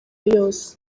yose